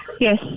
Yes